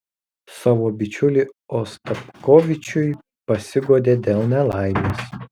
savo bičiuliui ostapkovičiui pasiguodė dėl nelaimės